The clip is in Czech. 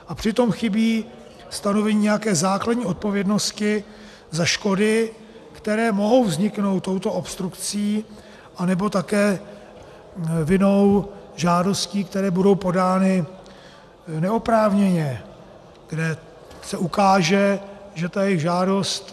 A přitom chybí stanovení nějaké základní odpovědnosti za škody, které mohou vzniknout touto obstrukcí anebo také vinou žádostí, které budou podány neoprávněně, kde se ukáže, že ta jejich žádost...